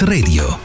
Radio